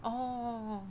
oh